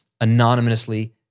anonymously